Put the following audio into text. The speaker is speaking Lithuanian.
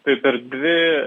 tai per dvi